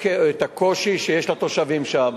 את הקושי שיש לתושבים שם,